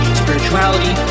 spirituality